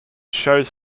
shows